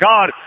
God